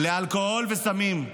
לאלכוהול ולסמים יחדיו.